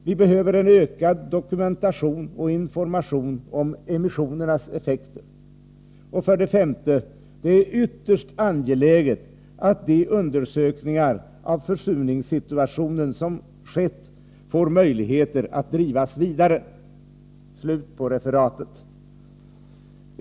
Vi behöver en ökad information och dokumentation av emissionernas effekter. 5. Det är ytterst angeläget att de undersökningar av försurningssituationen som har skett får möjligheter att drivas vidare. Så långt referatet från undersökningen.